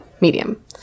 medium